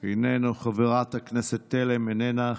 איננו, חברת הכנסת תלם, איננה.